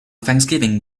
thanksgiving